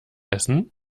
essen